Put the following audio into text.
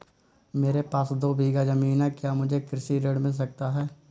मेरे पास दो बीघा ज़मीन है क्या मुझे कृषि ऋण मिल सकता है?